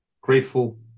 grateful